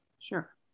sure